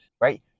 right